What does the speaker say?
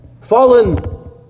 Fallen